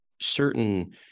certain